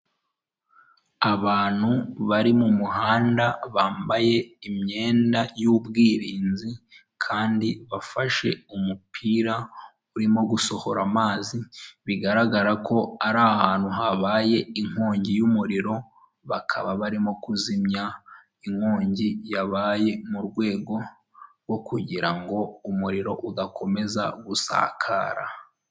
Abantu bari mu muhanda bambaye imyenda y'ubwirinzi kandi bafashe umupira urimo gusohora amazi bigaragara ko ari ahantu habaye inkongi y'umuriro bakaba barimo kuzimya inkongi yabaye mu rwego rwo kugira ngo umuriro udakomeza gusakara.